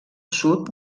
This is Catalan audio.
sud